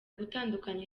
gutandukanya